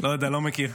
לא יודע, לא מכיר.